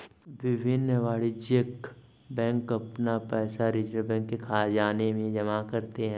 विभिन्न वाणिज्यिक बैंक अपना पैसा रिज़र्व बैंक के ख़ज़ाने में जमा करते हैं